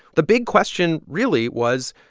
the big question really was,